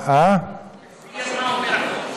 תגיד מה אומר החוק.